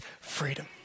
freedom